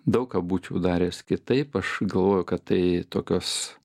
daug ką būčiau daręs kitaip aš galvoju kad tai tokios